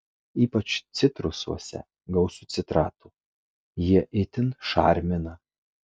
ypač citrusuose gausu citratų jie itin šarmina